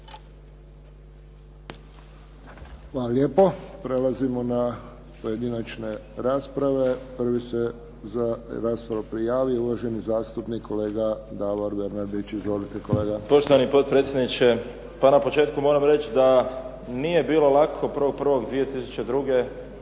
Hvala lijepo. Prelazimo na pojedinačne rasprave. Prvi se za raspravu prijavio uvaženi zastupnik kolega Davor Bernardić. Izvolite, kolega. **Bernardić, Davor (SDP)** Poštovani potpredsjedniče. Pa na početku moram reći da nije bilo lako 1.1.2002.